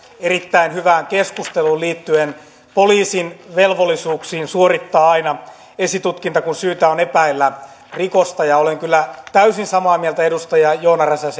erittäin hyvään keskusteluun liittyen poliisin velvollisuuksiin suorittaa aina esitutkinta kun syytä on epäillä rikosta olen kyllä täysin samaa mieltä edustaja joona räsäsen